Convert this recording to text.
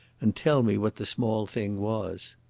and tell me what the small thing was.